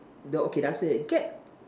the okay the answer is get